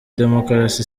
demokarasi